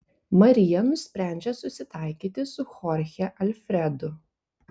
marija nusprendžia susitaikyti su chorche alfredu